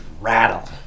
rattle